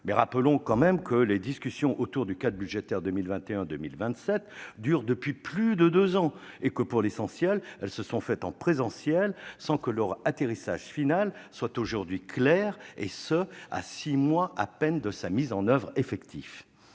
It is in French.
Mais rappelons quand même que les discussions autour du cadre budgétaire 2021-2027 durent depuis plus de deux ans et que, pour l'essentiel, elles se sont déroulées en présentiel, sans que le résultat final soit aujourd'hui clair, et ce à six mois à peine de la mise en oeuvre effective